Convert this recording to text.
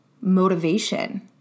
motivation